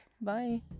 Bye